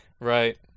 Right